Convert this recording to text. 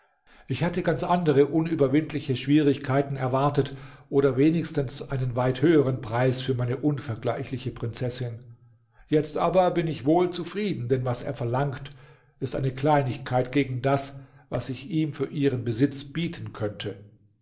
ich hatte ganz andere unüberwindliche schwierigkeiten erwartet oder wenigstens einen weit höheren preis für meine unvergleichliche prinzessin jetzt aber bin ich wohl zufrieden denn was er verlangt ist eine kleinigkeit gegen das was ich ihm für ihren besitz bieten könnte